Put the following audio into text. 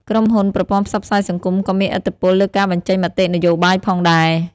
ក្រុមហ៊ុនប្រព័ន្ធផ្សព្វផ្សាយសង្គមក៏មានឥទ្ធិពលលើការបញ្ចេញមតិនយោបាយផងដែរ។